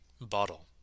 bottle